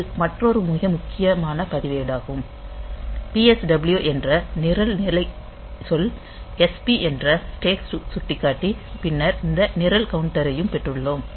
இது மற்றொரு மிக முக்கியமான பதிவேடாகும் PSW என்ற நிரல் நிலை சொல் SP என்ற ஸ்டேக் சுட்டிக்காட்டி பின்னர் இந்த நிரல் கவுண்டரையும் பெற்றுள்ளோம்